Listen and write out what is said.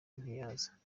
ntiyaza